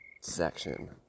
section